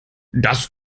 das